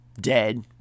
dead